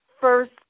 first